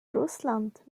russland